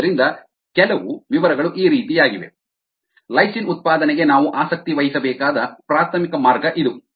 ಆದ್ದರಿಂದ ಕೆಲವು ವಿವರಗಳು ಈ ರೀತಿಯಾಗಿವೆ ಲೈಸಿನ್ ಉತ್ಪಾದನೆಗೆ ನಾವು ಆಸಕ್ತಿ ವಹಿಸಬೇಕಾದ ಪ್ರಾಥಮಿಕ ಮಾರ್ಗ ಇದು